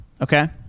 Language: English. okay